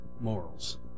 morals